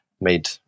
made